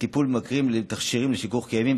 לטיפול בממכרים ותכשירים לשיכוך כאבים,